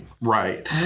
right